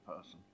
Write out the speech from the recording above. person